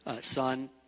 son